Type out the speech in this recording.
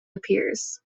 appears